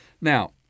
Now